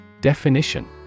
Definition